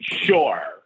sure